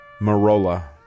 Marola